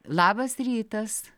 labas rytas